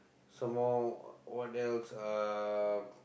some more what else uh